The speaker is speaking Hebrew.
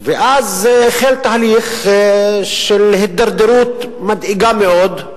ואז החל תהליך של הידרדרות מדאיגה מאוד,